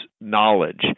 knowledge